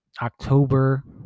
October